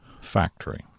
Factory